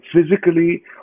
physically